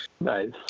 Nice